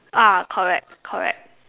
ah correct correct